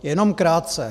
Jenom krátce.